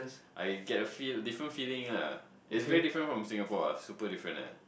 I get a feel different feeling lah is very different from Singapore super different ah